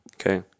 okay